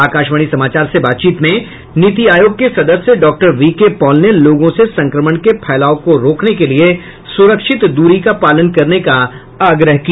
आकाशवाणी समाचार से बातचीत में नीति आयोग के सदस्य डॉक्टर वी के पॉल ने लोगों से संक्रमण के फैलाव को रोकने के लिए सुरक्षित दूरी का पालन करने का आग्रह किया